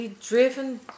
driven